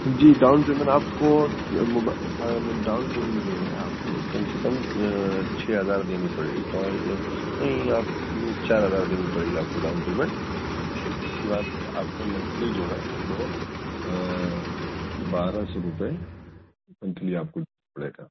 جی down payment آپ کو موبا ڈاؤن پیمنٹ جو ہے آپ کو کم سے کم چھ ہزار دینی پڑے نہیں آپ چار ہزار دینے پڑے گی آپ کو ڈاؤن پیمنٹ اس کے بعد آپ کا منتھلی جو ہے وہ بارہ سو روپے منتھلی آپ کو پڑے گا